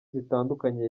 zitandukanye